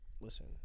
listen